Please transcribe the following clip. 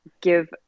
give